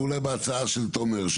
ואולי בהצעה של תומר,